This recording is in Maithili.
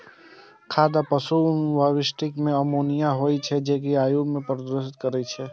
खाद आ पशु अवशिष्ट मे अमोनिया होइ छै, जे वायु कें प्रदूषित करै छै